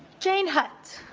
jane hutt